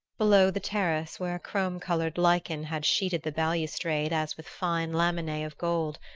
below the terrace, where a chrome-colored lichen had sheeted the balustrade as with fine laminae of gold,